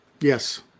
Yes